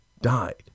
died